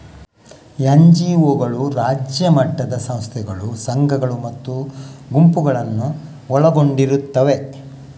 ಎನ್.ಜಿ.ಒಗಳು ರಾಜ್ಯ ಮಟ್ಟದ ಸಂಸ್ಥೆಗಳು, ಸಂಘಗಳು ಮತ್ತು ಗುಂಪುಗಳನ್ನು ಒಳಗೊಂಡಿರುತ್ತವೆ